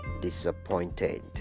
disappointed